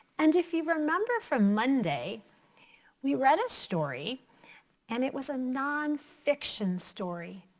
and if you remember from monday we read a story and it was a non-fiction story.